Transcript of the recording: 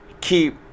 keep